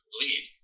lead